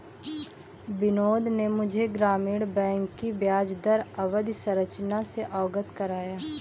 बिनोद ने मुझे ग्रामीण बैंक की ब्याजदर अवधि संरचना से अवगत कराया